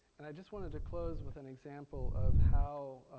and i just wanted to close with an example of how